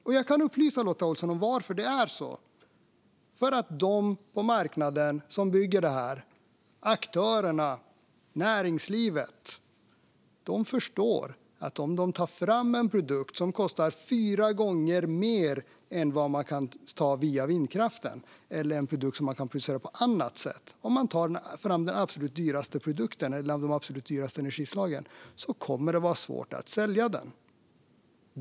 Jag kan även upplysa Lotta Olsson om varför det är så här. Marknaden, aktörerna och näringslivet - de som bygger det här - förstår att om de tar fram en produkt som är ett av de absolut dyraste energislagen och som kostar fyra gånger mer än vad vindkraften kostar eller än en produkt som man kan producera på annat sätt kommer det att vara svårt att sälja den.